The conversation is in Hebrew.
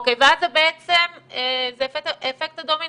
ואז בעצם זה אפקט הדומינו,